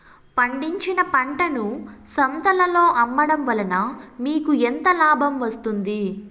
పండించిన పంటను సంతలలో అమ్మడం వలన మీకు ఎంత లాభం వస్తుంది?